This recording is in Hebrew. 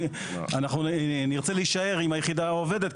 אנחנו נרצה להישאר עם היחידה עובדת,